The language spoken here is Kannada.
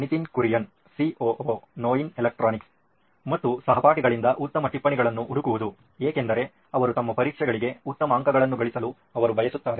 ನಿತಿನ್ ಕುರಿಯನ್ ಸಿಒಒ ನೋಯಿನ್ ಎಲೆಕ್ಟ್ರಾನಿಕ್ಸ್ ಮತ್ತು ಸಹಪಾಠಿಗಳಿಂದ ಉತ್ತಮ ಟಿಪ್ಪಣಿಗಳನ್ನು ಹುಡುಕುವುದು ಏಕೆಂದರೆ ಅವರು ತಮ್ಮ ಪರೀಕ್ಷೆಗಳಿಗೆ ಉತ್ತಮ ಅಂಕಗಳನ್ನು ಗಳಿಸಲು ಅವರು ಬಯಸುತ್ತಾರೆ